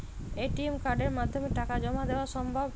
ATM কার্ডের মাধ্যমে টাকা জমা দেওয়া সম্ভব?